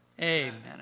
Amen